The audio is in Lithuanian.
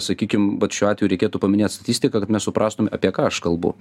sakykim vat šiuo atveju reikėtų paminėt statistiką kad mes suprastume apie ką aš kalbu